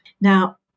Now